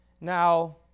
Now